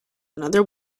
another